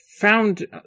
found